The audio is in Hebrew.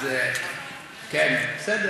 בסדר.